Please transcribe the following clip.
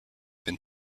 been